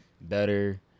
better